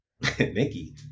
Nikki